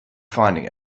finding